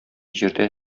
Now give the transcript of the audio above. җирдә